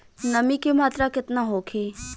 नमी के मात्रा केतना होखे?